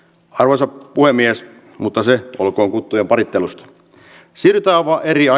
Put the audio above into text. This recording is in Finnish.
arvoisa puhemies mutta se olkoon kuttujen parittelusta silta avaa erja